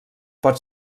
pot